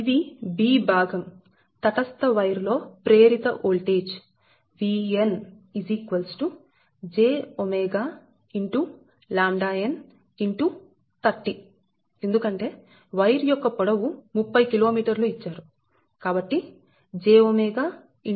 ఇది b భాగం తటస్థ వైర్ లో ప్రేరిత ఓల్టేజ్ Vn jꞷ × ʎn ×30 ఎందుకంటే వైర్ యొక్క పొడవు30 కిలోమీటర్ ఇచ్చారు కాబట్టి jꞷ x ʎn × 30